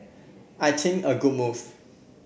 I think a good move